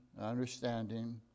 understanding